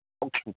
okay